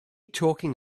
talking